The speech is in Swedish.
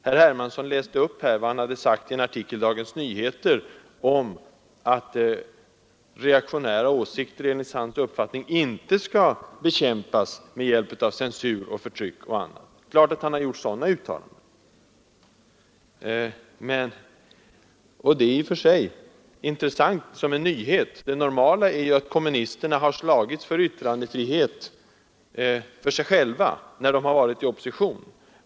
Herr Hermansson läste här upp vad han hade sagt i en artikel i Dagens Nyheter om att reaktionära åsikter enligt hans uppfattning inte skall bekämpas med hjälp av censur och förtryck. Det är klart att han har gjort sådana uttalanden, och det är i och för sig intressant som en nyhet. Det normala är ju att kommunisterna har slagits för yttrandefrihet för sig själva när de har varit i opposition.